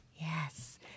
yes